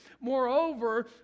Moreover